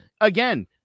again